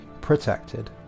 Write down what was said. protected